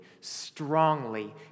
strongly